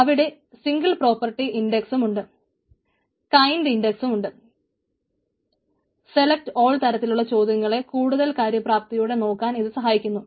അവിടെ single property ഇൻടക്സും തരത്തിലുള്ള ചോദ്യങ്ങളെ കൂടുതൽ കാര്യപ്രാപ്തിയോടെ നോക്കാൻ ഇത് സഹായിക്കുന്നു